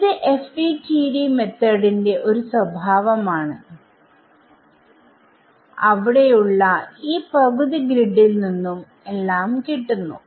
ഇത് FDTD മെത്തോഡിന്റെ ഒരു സ്വഭാവം ആണ് അവിടെയുള്ള ഈ പകുതി ഗ്രിഡിൽ നിന്നും എല്ലാം കിട്ടുന്നു